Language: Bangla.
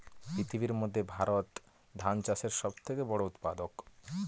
পৃথিবীর মধ্যে ভারত ধান চাষের সব থেকে বড়ো উৎপাদক